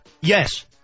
yes